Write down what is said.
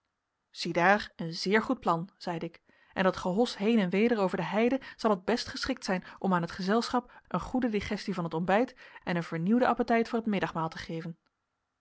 ziedaar een zeer goed plan zeide ik en dat gehos heen en weder over de heide zal het best geschikt zijn om aan het gezelschap een goede digestie van het ontbijt en een vernieuwden appetijt voor het middagmaal te geven